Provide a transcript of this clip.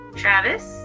travis